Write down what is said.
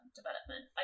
development